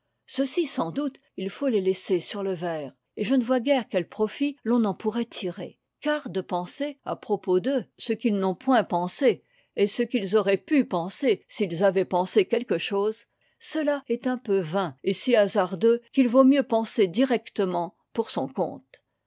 ceux-ci sans doute il faut les laisser sur le vert et je ne vois guère quel profit l'on en pourrait tirer car de penser à propos d'eux ce qu'ils n'ont point pensé et ce qu'ils auraient pu penser s'ils avaient pensé quelque chose cela est un peu vain et si hasardeux qu'il vaut mieux penser directement pour son compte